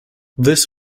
this